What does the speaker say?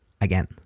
again